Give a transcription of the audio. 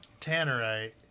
Tannerite